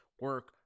Work